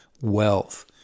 wealth